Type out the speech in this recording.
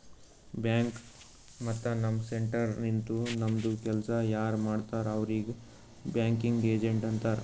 bank ಮತ್ತ ನಮ್ centre ನಿಂತು ನಮ್ದು ಕೆಲ್ಸಾ ಯಾರ್ ಮಾಡ್ತಾರ್ ಅವ್ರಿಗ್ ಬ್ಯಾಂಕಿಂಗ್ ಏಜೆಂಟ್ ಅಂತಾರ್